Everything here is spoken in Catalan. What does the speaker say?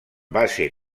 base